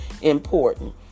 important